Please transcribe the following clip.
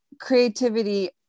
creativity